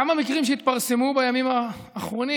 כמה מקרים התפרסמו בימים האחרונים